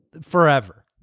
forever